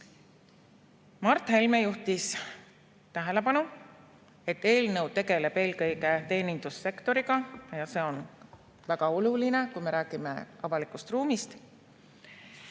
Mart Helme juhtis tähelepanu, et eelnõu tegeleb eelkõige teenindussektoriga ja see on väga oluline, kui me räägime avalikust ruumist.